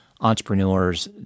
entrepreneur's